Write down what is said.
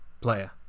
player